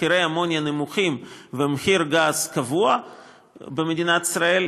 מחירי אמוניה נמוכים ומחיר גז קבוע במדינת ישראל,